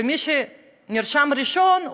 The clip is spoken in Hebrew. ומי שנרשם ראשון,